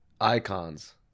icons